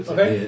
Okay